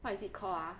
what is it called ah